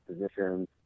positions